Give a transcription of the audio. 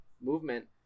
movement